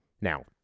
Now